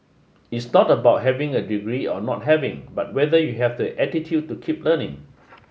it's not about having a degree or not having but whether you have that attitude to keep learning